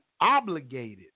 obligated